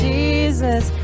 Jesus